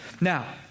Now